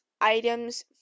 items